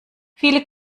viele